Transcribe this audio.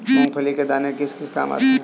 मूंगफली के दाने किस किस काम आते हैं?